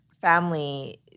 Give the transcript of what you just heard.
family